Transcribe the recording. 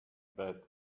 bad